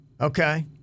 Okay